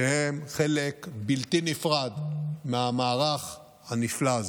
שהם חלק בלתי נפרד מהמערך הנפלא הזה.